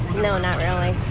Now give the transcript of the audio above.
no, not really.